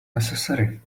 necessary